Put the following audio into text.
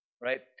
right